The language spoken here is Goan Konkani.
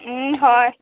होय